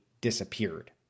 disappeared